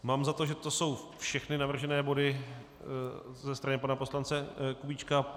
Mám za to, že to jsou všechny navržené body ze strany pana poslance Kubíčka.